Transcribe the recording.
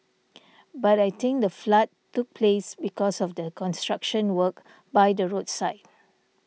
but I think the flood took place because of the construction work by the roadside